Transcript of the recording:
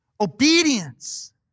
Obedience